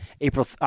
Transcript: April